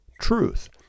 truth